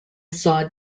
saw